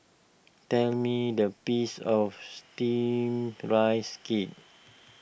tell me the peace of Steamed Rice Cake